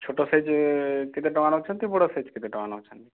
ଛୋଟ ସାଇଜି କେତେ ଟଙ୍କା ନଉଛନ୍ତି ବଡ଼ ସାଇଜି କେତେ ଟଙ୍କା ନଉଛନ୍ତି